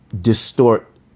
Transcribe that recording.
distort